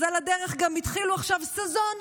על הדרך גם התחילו עכשיו סזון.